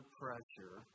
pressure